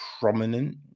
prominent